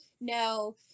no